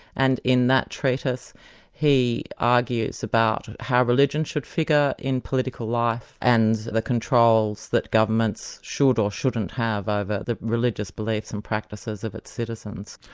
and in that treatise he argues about how religion should figure in political life and the controls that governments should or shouldn't have over the religious beliefs and practices of its citizens.